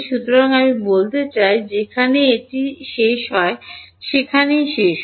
সুতরাং আমি বলতে চাই যেখানে এটি যেখানে শেষ হয় সেখানেই শেষ হয়